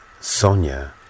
Sonia